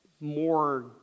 more